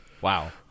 Wow